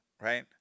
right